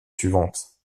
suivante